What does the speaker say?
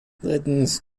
drittens